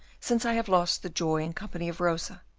since i have lost the joy and company of rosa,